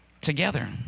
together